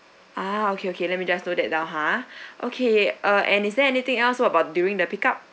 ah okay okay let me just note that down ha okay uh and is there anything else what about during the pick up